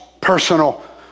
personal